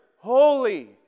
Holy